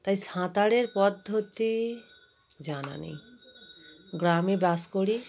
তাই সাঁতারের পদ্ধতি জানা নেই গ্রামে বাস করি